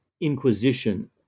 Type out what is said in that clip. inquisition